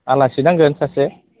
आलासि नांगोन सासे